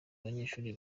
abanyeshuri